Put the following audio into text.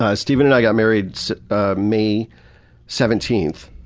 ah steven and i got married so ah may seventeenth,